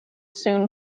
soon